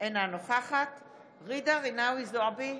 אינה נוכחת ג'ידא רינאוי זועבי,